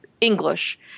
English